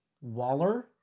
Waller